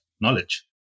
knowledge